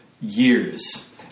years